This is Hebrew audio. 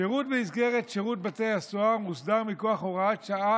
שירות במסגרת שירות בתי הסוהר מוסדר מכוח הוראת שעה